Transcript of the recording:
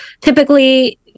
typically